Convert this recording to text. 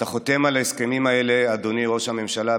אתה חותם על ההסכמים האלה, אדוני ראש הממשלה,